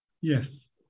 Yes